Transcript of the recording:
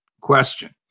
question